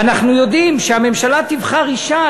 ואנחנו יודעים שהממשלה תבחר אישה,